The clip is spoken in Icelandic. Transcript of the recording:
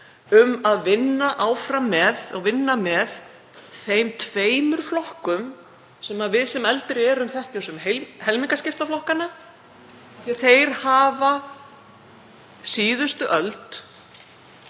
um að vinna áfram með þeim tveimur flokkum sem við sem eldri erum þekkjum sem helmingaskiptaflokkana því að þeir hafa á síðustu öld,